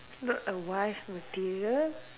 not a wife material